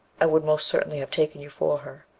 i would most certainly have taken you for her